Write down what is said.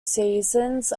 seasons